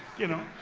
you know,